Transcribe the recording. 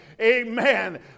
Amen